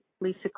lisa